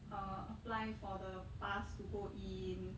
uh apply for the pass to go in